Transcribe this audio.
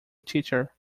teacher